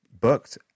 booked